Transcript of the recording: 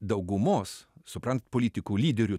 daugumos suprantu politikų lyderių